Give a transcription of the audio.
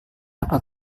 apa